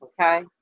Okay